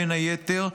בין היתר,